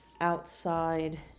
Outside